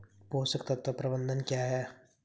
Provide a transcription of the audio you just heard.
पोषक तत्व प्रबंधन क्या है?